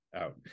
out